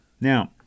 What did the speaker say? Now